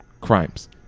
crimes